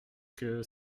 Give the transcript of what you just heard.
que